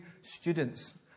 students